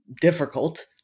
difficult